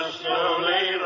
slowly